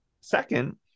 second